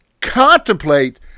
contemplate